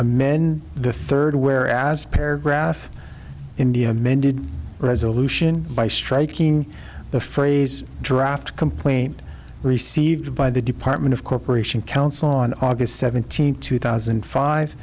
amend the third where as paragraph india amended resolution by striking the phrase draft complaint received by the department of corporation council on august seventeenth two thousand